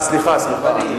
אה, סליחה, סליחה.